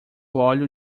óleo